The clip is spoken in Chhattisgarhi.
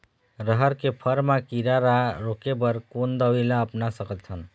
रहर के फर मा किरा रा रोके बर कोन दवई ला अपना सकथन?